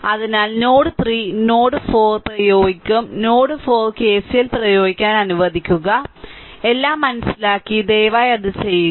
അതിനാൽ നോഡ് 3 ന് നോഡ് 4 പ്രയോഗിക്കും നോഡ് 4 കെസിഎൽ പ്രയോഗിക്കാൻ അനുവദിക്കുക എല്ലാം മനസിലാക്കി ദയവായി അത് ചെയ്യുക